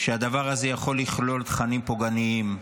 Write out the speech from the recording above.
שהדבר הזה יכול לכלול תכנים פוגעניים,